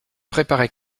préparée